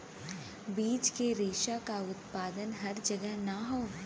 बीज के रेशा क उत्पादन हर जगह ना हौ